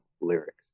lyrics